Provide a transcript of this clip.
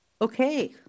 Okay